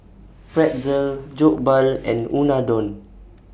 Pretzel Jokbal and Unadon